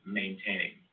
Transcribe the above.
maintaining